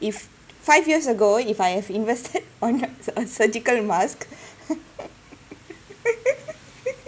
if five years ago if I have invested on surgical mask